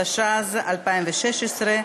התשע"ז 2016,